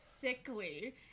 sickly